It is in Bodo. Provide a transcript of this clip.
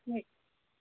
नै